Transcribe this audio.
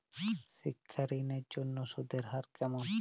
শিক্ষা ঋণ এর জন্য সুদের হার কেমন?